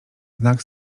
znak